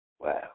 Wow